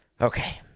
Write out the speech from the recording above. Okay